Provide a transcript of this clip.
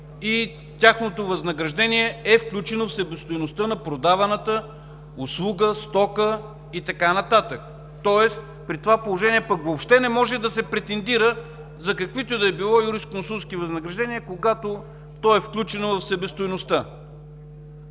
и тяхното възнаграждение е включено в себестойността на продаваната услуга, стока и така нататък. Тоест, при това положение пък въобще не може да се претендира за каквото и да било юристконсултско възнаграждение, когато то е включено в себестойността. Така